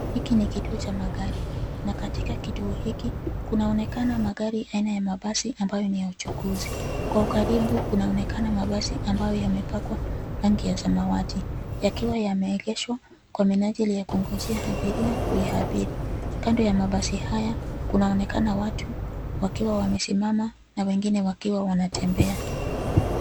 Hiki ni kituo cha magari na katika kituo hiki, kunaonekana magari aina ya mabasi ambayo ni ya uchukuzi. Kwa ukaribu kunaonekana mabasi ambayo yamepakwa rangi ya samawati yakiwa yameegeshwa kwa minajili ya kuongozea abiria kuiabiri. Kando ya mabasi haya, kunaonekana watu wakiwa wamesimama na wengine wakiwa wanatembea.